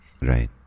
Right